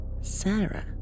Sarah